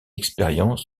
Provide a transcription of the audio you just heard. expérience